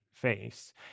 face